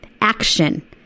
Action